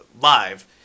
live